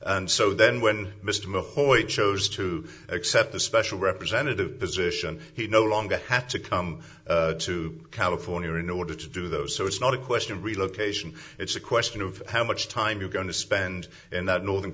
and so then when mr mccloy chose to accept the special representative position he no longer had to come to california in order to do those so it's not a question relocation it's a question of how much time you're going to spend in that northern